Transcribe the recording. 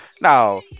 Now